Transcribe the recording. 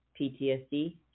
PTSD